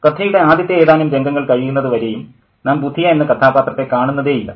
കഥയുടെ ആദ്യത്തെ ഏതാനും രംഗങ്ങൾ കഴിയുന്നതു വരേയും നാം ബുധിയ എന്ന കഥാപാത്രത്തെ കാണുന്നതേ ഇല്ല